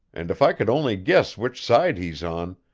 and if i could only guess which side he's on,